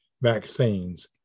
vaccines